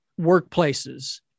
Workplaces